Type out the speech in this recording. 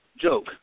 joke